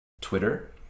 Twitter